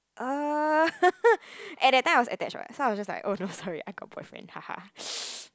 err at that time I was attached what so I just like oh no sorry I got boyfriend haha